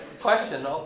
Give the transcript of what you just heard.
question